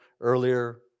earlier